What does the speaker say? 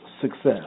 success